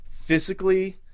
Physically